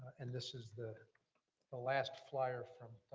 and this is the the last flyer